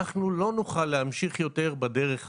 אנחנו לא נוכל להמשיך יותר בדרך הזו.